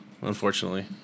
Unfortunately